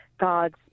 God's